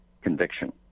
conviction